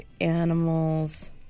Animals